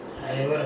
ah